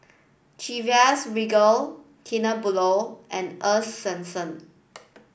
Chivas Regal Kinder Bueno and Earl's Swensens